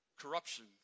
corruption